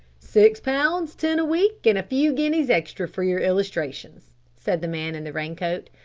six pounds ten a week, and a few guineas extra for your illustrations, said the man in the raincoat.